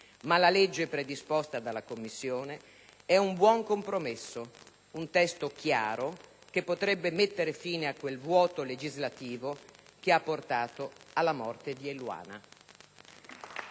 ma la legge predisposta dalla Commissione è un buon compromesso, un testo chiaro, che potrebbe mettere fine a quel vuoto legislativo che ha portato alla morte di Eluana.